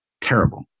terrible